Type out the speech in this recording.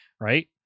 right